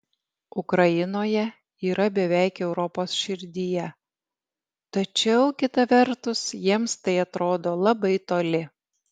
ukrainoje yra beveik europos širdyje tačiau kita vertus jiems tai atrodo labai toli